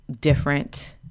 different